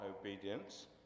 obedience